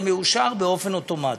זה מאושר באופן אוטומטי.